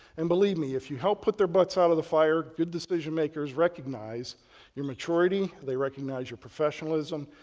and believe me if you help put their butts out of the fire, good decision makers recognize your maturity, they recognize your professionalism,